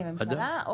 כממשלה,